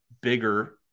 bigger